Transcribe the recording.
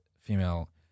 female